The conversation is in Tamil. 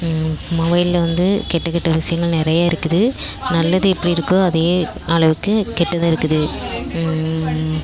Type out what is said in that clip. மொபைலில் வந்து கெட்ட கெட்ட விஷயங்கள் நிறைய இருக்குது நல்லது எப்படி இருக்கோ அதே அளவுக்கு கெட்டதும் இருக்குது